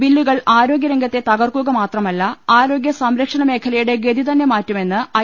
ബില്ലുകൾ ആരോഗ്യരംഗത്തെ തകർക്കുക മാത്രമാല്ല ആരോഗ്യ സംരക്ഷണമേഖലയുടെ ഗതിതന്നെ മാറ്റുമെന്ന് ഐ